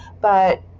but-